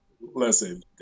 listen